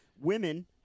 women